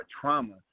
trauma